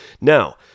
Now